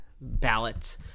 ballot